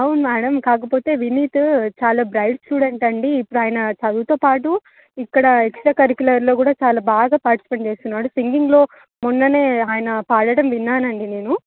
అవును మ్యాడమ్ కాకపోతే వినీతు చాలా బ్రైట్ స్టూడెంట్ అండి ఇప్పుడు ఆయన చదువుతో పాటు ఇక్కడ ఎక్స్ట్రా కరికులర్లో కూడా చాలా బాగా పాటిస్పేట్ చేస్తున్నాడు సింగింగ్లో మొన్న ఆయన పాడడం విన్నానండి నేను